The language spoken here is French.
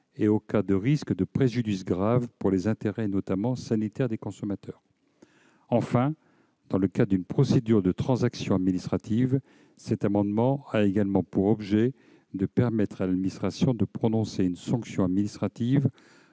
il existe un risque de préjudice grave pour les intérêts, notamment sanitaires, des consommateurs. Enfin, dans le cadre d'une procédure de transaction administrative, cet amendement a pour objet de permettre à l'administration de prononcer une sanction administrative